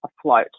afloat